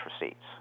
receipts